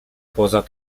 poza